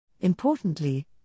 Importantly